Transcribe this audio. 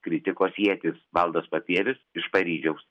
kritikos ietys valdas papievis iš paryžiaus